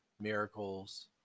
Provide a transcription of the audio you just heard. miracles